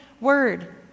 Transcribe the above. word